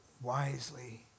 wisely